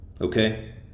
Okay